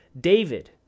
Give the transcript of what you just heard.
David